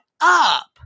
up